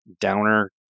downer